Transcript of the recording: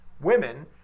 women